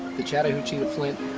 the chattahoochie, the flint.